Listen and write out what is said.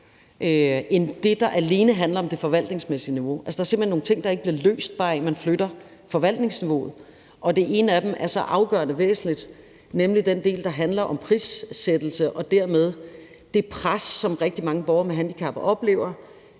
end det, der alene handler om det forvaltningsmæssige niveau. Der er nogle ting, der ikke bliver løst af, at man bare flytter forvaltningsniveauet, og den ene af dem er så afgørende væsentligt, nemlig den, der handler om prissættelse og dermed det pres på den kvalitet, de kan få i støtten,